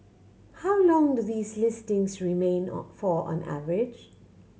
how long do these listings remain on for on average